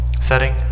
Setting